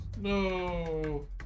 No